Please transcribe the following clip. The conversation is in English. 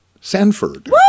Sanford